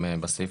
רק